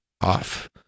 Off